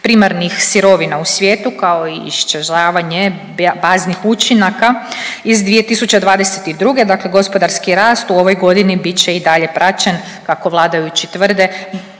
primarnih sirovina u svijetu kao i iščezavanje baznih učinaka iz 2022. Dakle, gospodarski rast u ovoj godini bit će i dalje praćen kako vladajući tvrde